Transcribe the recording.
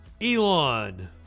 Elon